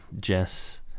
Jess